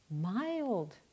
mild